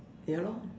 ya lor